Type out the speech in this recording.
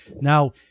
Now